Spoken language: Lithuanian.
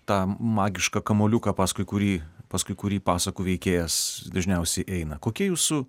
tą magišką kamuoliuką paskui kurį paskui kurį pasakų veikėjas dažniausiai eina kokie jūsų